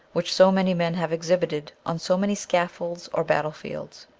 which so many men have exhibited on so many scaffolds or battle fields.